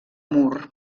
moore